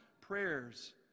prayers